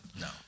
No